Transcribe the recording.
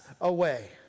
away